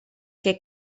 que